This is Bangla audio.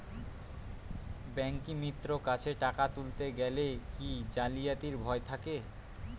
ব্যাঙ্কিমিত্র কাছে টাকা তুলতে গেলে কি জালিয়াতির ভয় থাকে?